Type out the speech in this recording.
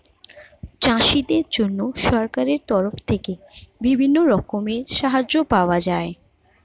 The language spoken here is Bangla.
চাষীদের জন্য সরকারের তরফ থেকে বিভিন্ন রকমের সাহায্য পাওয়া যায়